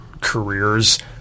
careers